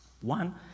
One